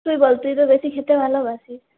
তুই বল তুই তো বেশি খেতে ভালোবাসিস